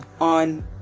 on